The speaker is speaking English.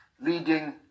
leading